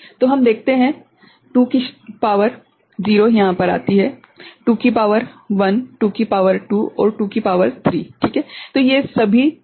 तो हम देखते हैं 2 की शक्ति 0 यहाँ पर आती है 2 की शक्ति 1 2 की शक्ति 2 और 2 की शक्ति 3 ठीक है